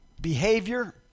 Behavior